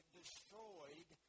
destroyed